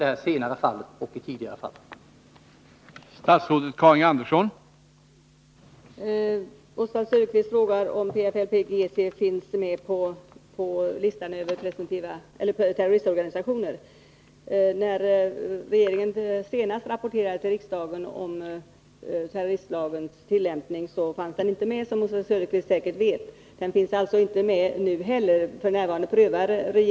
Det gäller både i det tidigare och i det senare av de aktuella fallen.